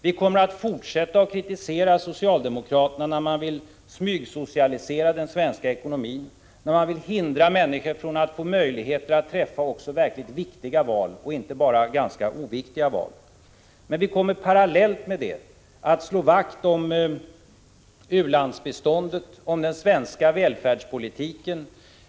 Vi kommer att fortsätta att kritisera socialdemokraterna när de vill smygsocialisera den svenska ekonomin, när de vill hindra människor från att få möjligheter att träffa också verkligt viktiga val — inte bara ganska oviktiga val. Men vi kommer parallellt med det att slå vakt om u-landsbiståndet, om den svenska välfärdspolitiken.